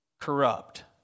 corrupt